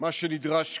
מה שנדרש כעת,